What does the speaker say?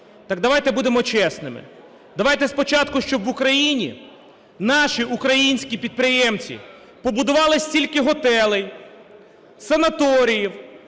так давайте будемо чесними, давайте спочатку, щоб в Україні наші українські підприємці побудували стільки готелів, санаторіїв,